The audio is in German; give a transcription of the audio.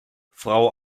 frau